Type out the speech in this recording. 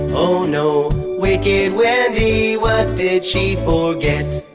oh no, wicked wendy. what did she forget?